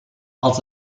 als